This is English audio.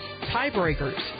tiebreakers